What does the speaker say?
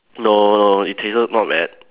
no no it tasted not bad